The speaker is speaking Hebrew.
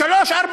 ב-03:00,